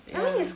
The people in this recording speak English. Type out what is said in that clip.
ya